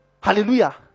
Hallelujah